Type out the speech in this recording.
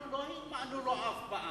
אנחנו לא הצבענו לו אף פעם.